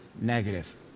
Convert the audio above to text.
negative